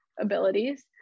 abilities